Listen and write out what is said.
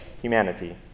humanity